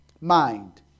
Mind